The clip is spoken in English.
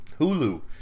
Hulu